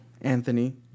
anthony